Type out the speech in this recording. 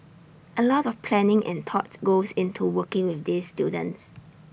A lot of planning and thought goes into working with these students